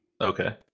Okay